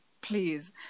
please